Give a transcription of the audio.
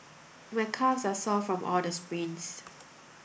my calves are sore from all the sprints